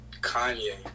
Kanye